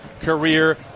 career